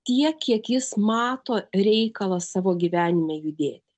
tiek kiek jis mato reikalą savo gyvenime judėti